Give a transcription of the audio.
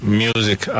music